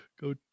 Go